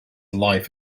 life